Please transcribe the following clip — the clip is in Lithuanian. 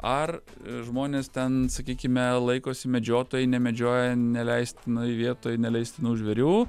ar žmonės ten sakykime laikosi medžiotojai nemedžioja neleistinoj vietoj neleistinų žvėrių